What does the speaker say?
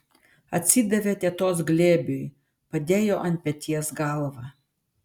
atsidavė tetos glėbiui padėjo ant peties galvą